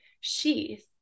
sheath